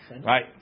Right